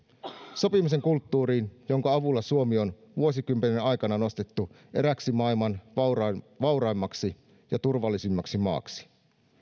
sopimisen kulttuuriin jonka avulla suomi on vuosikymmenten aikana nostettu erääksi maailman vauraimmaksi vauraimmaksi ja turvallisimmaksi maaksi